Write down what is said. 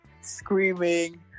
screaming